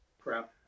Crap